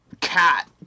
cat